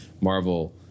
Marvel